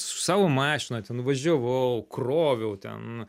su savo mašina ten važiavau kroviau ten